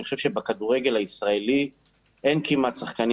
אני חושב שבכדורגל הישראלי אין כמעט שחקנים